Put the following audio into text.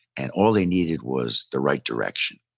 and all they needed was the right direction.